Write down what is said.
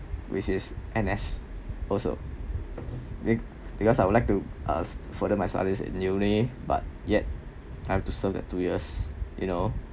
which is N_S also be~ because I would like to uh further my studies in uni but yet I have to serve that two years you know